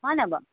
হয়নে বাৰু